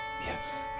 yes